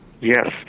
Yes